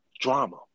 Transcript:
drama